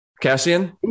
Cassian